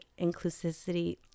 inclusivity